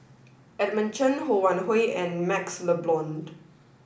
Edmund Chen Ho Wan Hui and MaxLe Blond